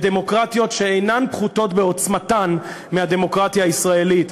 בדמוקרטיות שאינן פחותות בעוצמתן מהדמוקרטיה הישראלית.